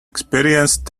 experienced